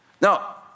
Now